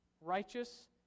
Righteous